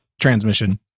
Transmission